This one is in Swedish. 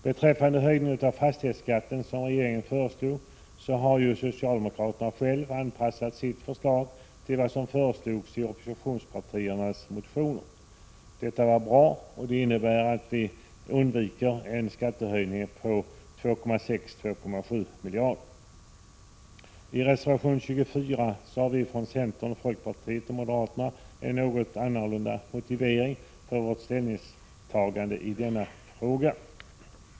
Beträffande den höjning av fastighetsskatten som regeringen föreslår har socialdemokraterna själva anpassat sitt förslag till vad som föreslagits i oppositionspartiernas motioner. Detta är bra och det innebär att vi undviker en skattehöjning på 2,6-2,7 miljarder kronor. I reservation 24 har vi från centern, folkpartiet och moderaterna en något annorlunda motivering för vårt ställningstagande i denna fråga.